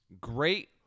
great